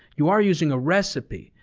you are using a recipe.